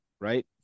right